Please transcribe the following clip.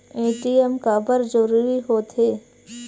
ATM काबर जरूरी हो थे?